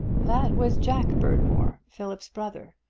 that was jack berdmore, philip's brother.